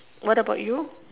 what about you